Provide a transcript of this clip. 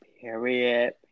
period